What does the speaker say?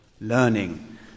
learning